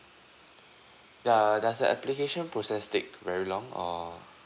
doe~ does the application process take very long or